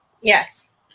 Yes